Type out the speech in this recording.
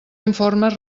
informes